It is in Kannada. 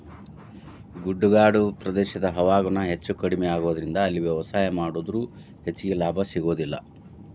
ಗುಡ್ಡಗಾಡು ಪ್ರದೇಶದ ಹವಾಗುಣ ಹೆಚ್ಚುಕಡಿಮಿ ಆಗೋದರಿಂದ ಅಲ್ಲಿ ವ್ಯವಸಾಯ ಮಾಡಿದ್ರು ಹೆಚ್ಚಗಿ ಲಾಭ ಸಿಗೋದಿಲ್ಲ